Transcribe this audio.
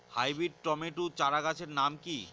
Hybrid tomato চারাগাছের নাম কি?